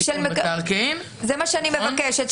שמי שיש לו הצעות אחרות קונקרטיות,